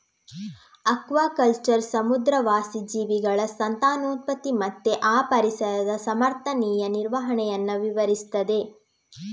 aquaculture ಸಮುದ್ರವಾಸಿ ಜೀವಿಗಳ ಸಂತಾನೋತ್ಪತ್ತಿ ಮತ್ತೆ ಆ ಪರಿಸರದ ಸಮರ್ಥನೀಯ ನಿರ್ವಹಣೆಯನ್ನ ವಿವರಿಸ್ತದೆ